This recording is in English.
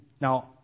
Now